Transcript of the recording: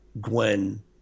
Gwen